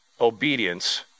obedience